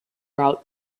route